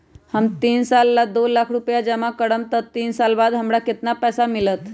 हम तीन साल ला दो लाख रूपैया जमा करम त तीन साल बाद हमरा केतना पैसा वापस मिलत?